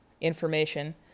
information